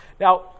Now